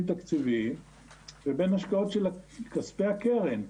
תקציביים לבין השקעות של כספי הקרן.